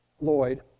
Lloyd